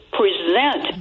present